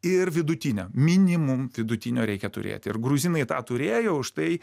ir vidutinio minimum vidutinio reikia turėti ir gruzinai tą turėjo už tai